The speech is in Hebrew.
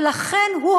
ולכן הוא,